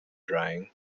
drying